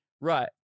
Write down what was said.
right